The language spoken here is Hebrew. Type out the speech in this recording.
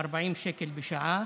ל-40 שקל לשעה,